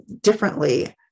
differently